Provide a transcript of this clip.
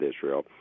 Israel